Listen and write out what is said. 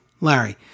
larry